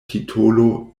titolo